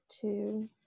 two